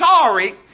sorry